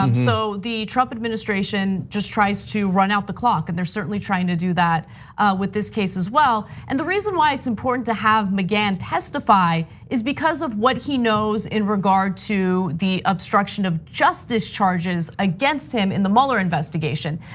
um so the trump administration just tries to run out the clock and they're certainly trying to do that with this case as well. and the reason why it's important to have mcgahn testify is because of what he knows in regard to the obstruction of justice charges against him in the mueller investigation.